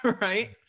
right